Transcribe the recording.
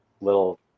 little